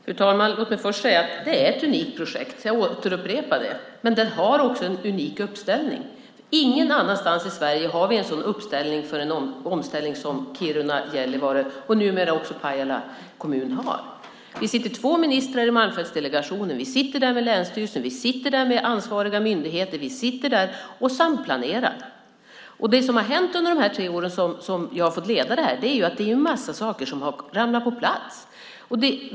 Fru talman! Låt mig först säga att detta är ett unikt projekt; jag upprepar det. Men det har också en unik uppställning. Ingen annanstans i Sverige har vi en sådan uppställning för en omställning som den som Kiruna, Gällivare och numera också Pajala kommun har. Vi är två ministrar som sitter i Malmfältsdelegationen. Vi sitter där med länsstyrelsen. Vi sitter där med ansvariga myndigheter. Vi sitter där och samplanerar. Det som har hänt under de tre år som jag har fått leda detta är att en massa saker har ramlat på plats.